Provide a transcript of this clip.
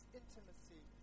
intimacy